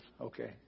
Okay